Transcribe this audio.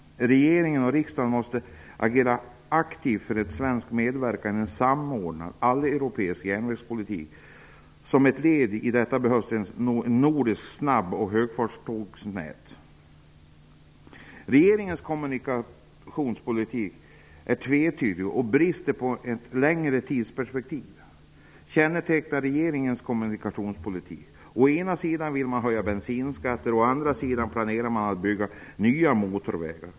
Regeringen och riksdagen måste aktivt verka för en svensk medverkan i en samordnad alleuropeisk järnvägspolitik. Som ett led i detta arbete behövs det ett nordiskt nät för snabb och höghastighetstågen. Regeringens kommunikationspolitik är tvetydig och brister i ett längre tidsperspektiv. Kännetecknande för regeringens kommunikationspolitik är att man å ena sidan vill höja bensinskatter och å andra sidan planerar att bygga nya motorvägar.